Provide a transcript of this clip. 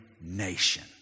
nation